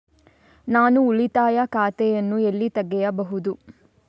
ನಾನು ಉಳಿತಾಯ ಖಾತೆಯನ್ನು ಎಲ್ಲಿ ತೆಗೆಯಬಹುದು?